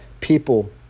people